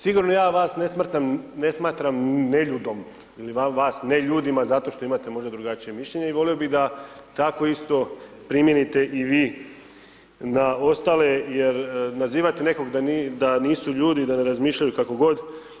Sigurno ja vas ne smatram neljudom ili vas ne ljudima zato što imate možda drugačije mišljenje i volio bih da tako isto primijenite i vi na ostale jer nazivati nekog da nisu ljudi i da ne razmišljaju kako god.